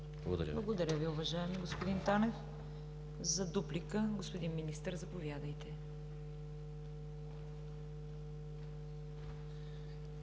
Благодаря Ви, уважаеми господин Танев. За дуплика – господин Министър, заповядайте.